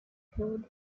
crude